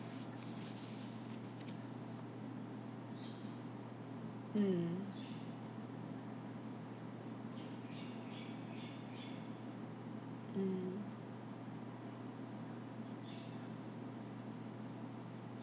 mm mm